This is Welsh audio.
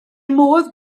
modd